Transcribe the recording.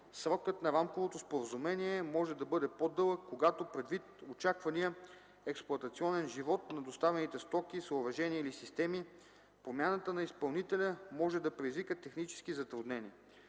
срокът на рамковото споразумение може да бъде по-дълъг, когато предвид очаквания експлоатационен живот на доставените стоки, съоръжения или системи, промяната на изпълнителя може да предизвика технически затруднения.